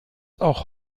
auch